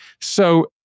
So-